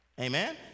Amen